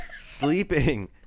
Sleeping